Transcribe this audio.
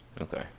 Okay